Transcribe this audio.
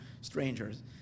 strangers